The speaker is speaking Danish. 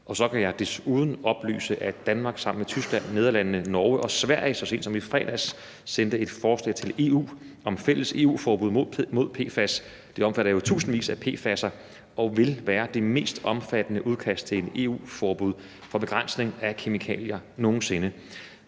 Og så kan jeg desuden oplyse, at Danmark sammen med Tyskland, Nederlandene, Norge og Sverige så sent som i fredags sendte et forslag til EU om et fælles EU-forbud mod PFAS. Det omfatter jo tusindvis af PFAS'er og vil være det mest omfattende udkast til et EU-forbud for begrænsning af kemikalier nogen sinde.